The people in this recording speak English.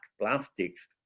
plastics